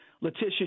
letitia